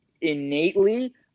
innately